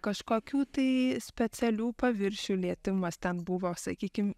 kažkokių tai specialių paviršių lietimas ten buvo sakykim